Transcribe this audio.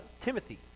Timothy